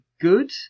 good